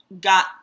got